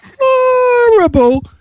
horrible